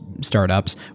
startups